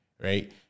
Right